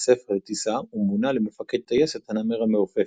הספר לטיסה ומונה למפקד טייסת הנמר המעופף.